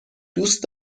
دوست